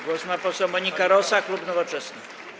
Głos ma poseł Monika Rosa, klub Nowoczesna.